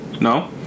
No